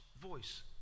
voice